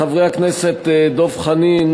לחברי הכנסת דב חנין,